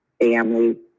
family